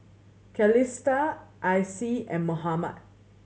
Calista Icie and Mohammad